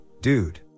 dude